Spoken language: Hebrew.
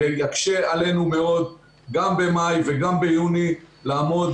ויקשה עלינו מאוד גם במאי וגם ביוני לעמוד